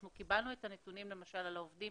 אנחנו קיבלנו את הנתונים למשל על העובדים